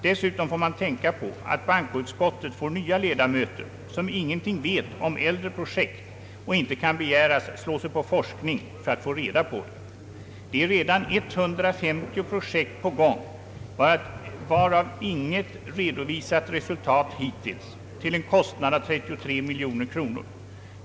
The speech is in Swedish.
Dessutom bör man tänka på att bankoutskottet får nya ledamöter som ingenting vet om äldre projekt och inte kan begäras slå sig på forskning för att få reda på dem. Det är redan 150 projekt på gång, varav inget redovisat resultat hittills, till en kostnad av 33 miljoner kronor.